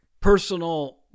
personal